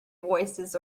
voices